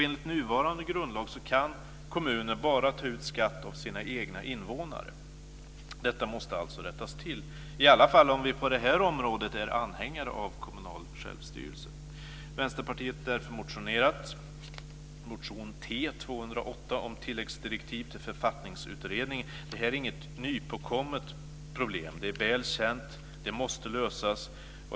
Enligt nuvarande grundlag kan kommuner ta ut skatt bara av sina egna invånare. Detta måste alltså rättas till, i alla fall om vi på detta område är anhängare av kommunal självstyrelse. Vänsterpartiet har därför motionerat, motion T208, om tilläggsdirektiv till Författningsutredningen. Det är inget nypåkommet problem. Det är väl känt, och det måste lösas.